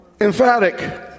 emphatic